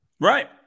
Right